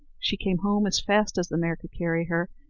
she came home as fast as the mare could carry her,